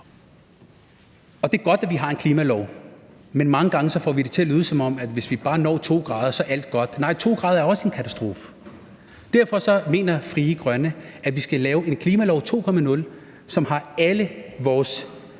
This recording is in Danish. dag. Det er godt, at vi har en klimalov, men mange gange får vi det til at lyde, som om hvis vi bare når 2 grader, er alt godt. Nej, 2 grader er også en katastrofe. Derfor mener Frie Grønne, at vi skal lave en klimalov 2.0, som har hele vores